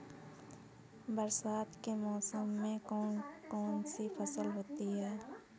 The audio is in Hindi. बरसात के मौसम में कौन कौन सी फसलें होती हैं?